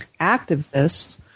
activists